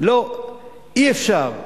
לא, אי-אפשר.